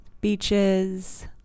beaches